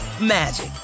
magic